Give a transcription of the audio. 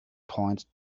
point